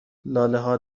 لالهها